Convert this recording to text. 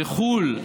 בחו"ל,